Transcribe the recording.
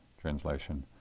translation